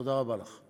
תודה רבה לך.